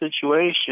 situation